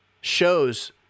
shows